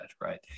Right